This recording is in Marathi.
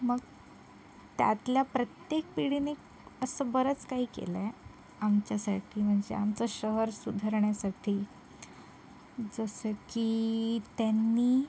मग त्यातल्या प्रत्येक पिढीने असं बरंच काही केलं आहे आमच्यासाठी म्हणजे आमचं शहर सुधारण्यासाठी जसं की त्यांनी